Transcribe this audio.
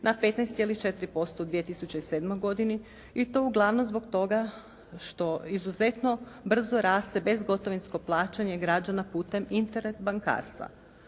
na 15,4% u 2007. godini i to uglavnom zbog toga što izuzetno brzo raste bez gotovinskog plaćanja građana putem Internet bankarstva.